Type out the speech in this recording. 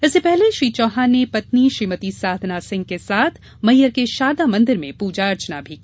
इससे पहले श्री चौहान ने पत्नि श्रीमति साधना सिंह के साथ मैहर के शारदा मंदिर में पूजा अर्चना की